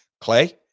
Clay